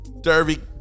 Derby